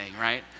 right